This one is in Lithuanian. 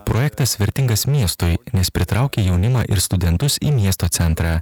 projektas vertingas miestui nes pritraukia jaunimą ir studentus į miesto centrą